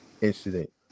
incident